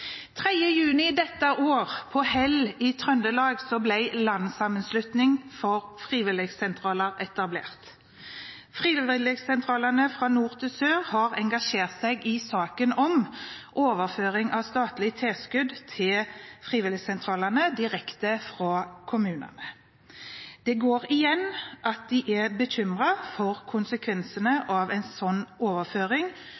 3. juni i år, på Hell i Trøndelag, ble en landssammenslutning for frivilligsentraler etablert. Frivilligsentralene fra nord til sør har engasjert seg i saken om overføring av statlig tilskudd til frivilligsentralene direkte fra kommunene. Det går igjen at de er bekymret for konsekvensene av en sånn overføring,